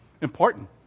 important